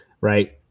right